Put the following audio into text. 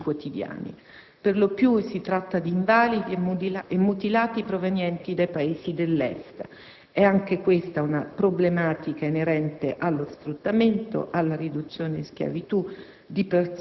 sui quotidiani. Per lo più, si tratta di invalidi e mutilati provenienti dai Paesi dell'Est. È anche questa una problematica inerente allo sfruttamento e alla riduzione in schiavitù